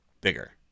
bigger